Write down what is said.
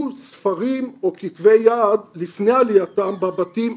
ספרים או כתבי יד לפני עלייתם בבתים,